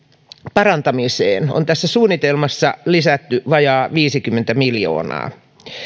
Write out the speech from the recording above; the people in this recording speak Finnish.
parantamiseen on tässä suunnitelmassa lisätty vajaa viisikymmentä miljoonaa